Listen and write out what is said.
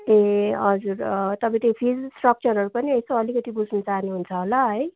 ए हजुर तपाईँ त्यो फिज स्ट्रक्चरहरू पनि यसो अलिकति बुझ्नु चाहनुहुन्छ होला है